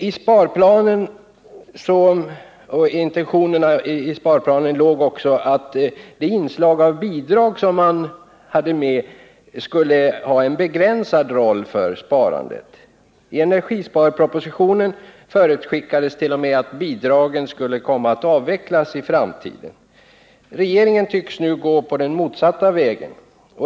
I sparplanens intentioner låg att inslaget av bidrag skulle spela en begränsad roll för sparandet. I energisparpropositionen förutskickades t.o.m. att bidragen skulle komma att avvecklas i framtiden. Regeringen tycks nu gå den motsatta vägen.